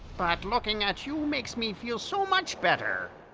but looking at you makes me feel so much better.